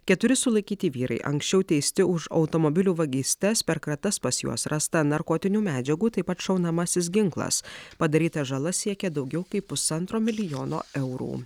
keturi sulaikyti vyrai anksčiau teisti už automobilių vagystes per kratas pas juos rasta narkotinių medžiagų taip pat šaunamasis ginklas padaryta žala siekia daugiau kaip pusantro milijono eurų